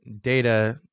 data